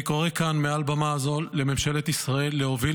אני קורא כאן מעל במה זו לממשלת ישראל להוביל